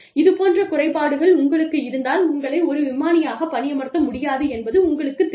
இது போன்ற குறைபாடுகள் உங்களுக்கு இருந்தால் உங்களை ஒரு விமானியாக பணியமர்த்த முடியாது என்பது உங்களுக்குத் தெரியும்